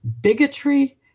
bigotry